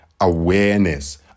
awareness